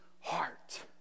heart